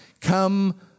Come